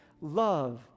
love